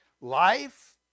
Life